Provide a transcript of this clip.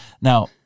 now